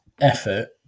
effort